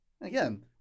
Again